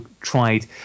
tried